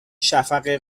شفق